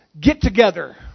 get-together